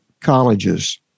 colleges